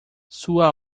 sua